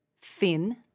thin